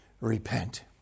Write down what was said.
repent